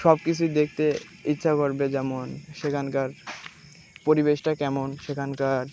সব কিছুই দেখতে ইচ্ছা করবে যেমন সেখানকার পরিবেশটা কেমন সেখানকার